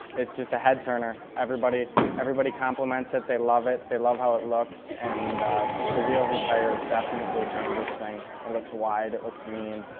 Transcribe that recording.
it's just a head-turner. everybody everybody compliments it. they love it. they love how it looks. and the wheels and tires definitely changes things. it and looks wide. it looks mean.